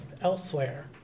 elsewhere